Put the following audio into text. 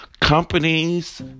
companies